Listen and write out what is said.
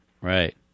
Right